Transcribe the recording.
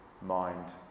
mind